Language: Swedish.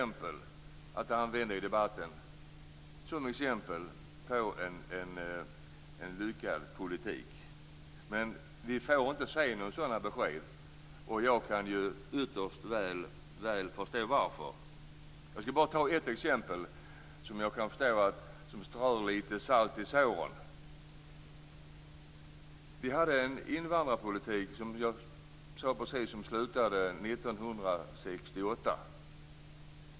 Men vi får inte se några sådana besked. Jag kan ytterst väl förstå varför. Jag skall ge ett exempel, som jag förstår strör litet salt i såren. Vi hade en invandrarpolitik som slutade 1968.